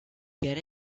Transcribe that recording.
get